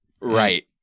Right